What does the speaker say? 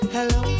Hello